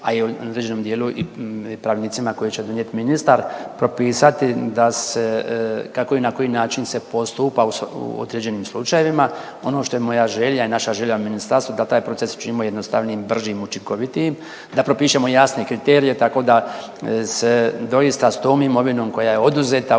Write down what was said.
a i određenom dijelu i pravilnicima koje će donijeti ministar, propisati da se, kako i na koji način se postupa u određenim slučajevima. Ono što je moja želja i naša želja u ministarstvu, da taj proces učinimo jednostavnijim, bržim, učinkovitijim, da propišemo jasne kriterije, tako da se doista s tom imovinom koja je oduzeta